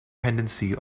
tendency